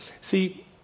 See